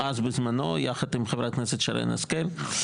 אז, בזמנו, יחד עם חברת הכנסת שרן השכל.